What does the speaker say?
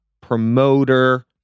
promoter